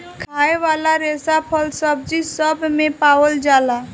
खाए वाला रेसा फल, सब्जी सब मे पावल जाला